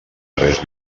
res